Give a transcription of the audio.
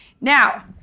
Now